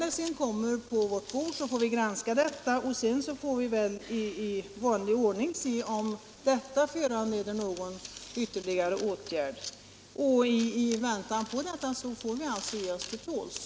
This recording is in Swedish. Sedan vi granskat det får vi väl i vanlig ordning se om det föranleder någon ytterligare åtgärd. I väntan på detta får vi alltså ge oss till tåls.